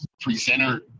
presenter